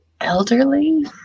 elderly